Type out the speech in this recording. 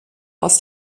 aus